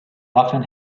often